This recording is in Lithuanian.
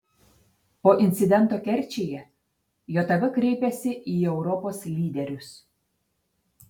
po incidento kerčėje jav kreipiasi į europos lyderius